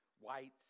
whites